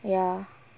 ya